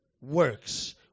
works